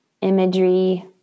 Imagery